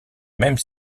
mêmes